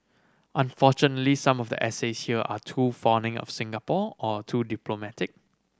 unfortunately some of the essays here are too fawning of Singapore or too diplomatic